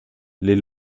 les